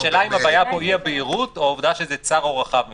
השאלה האם הבעיה פה היא אי הבהירות או העובדה שזה צר או רחב מדיי?